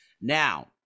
Now